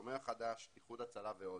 שומר חדש, איחוד הצלה ועוד.